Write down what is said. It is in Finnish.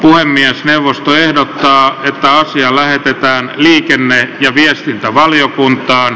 puhemiesneuvosto ehdottaa että asia lähetetään liikenne ja viestintävaliokuntaan